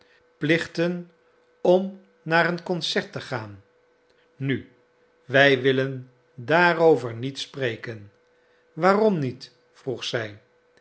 plichten om naar een concert te gaan nu wij willen daarover niet spreken waarom niet vroeg zij